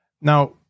Now